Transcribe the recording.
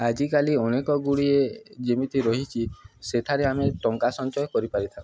ଆଜିକାଲି ଅନେକ ଗୁଡ଼ିଏ ଯେମିତି ରହିଛି ସେଠାରେ ଆମେ ଟଙ୍କା ସଞ୍ଚୟ କରିପାରିଥାଉ